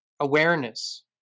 awareness